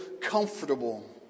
comfortable